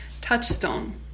touchstone